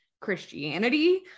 Christianity